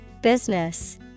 Business